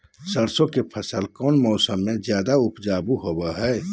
सरसों के फसल कौन मौसम में ज्यादा उपजाऊ होबो हय?